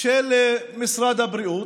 של משרד הבריאות.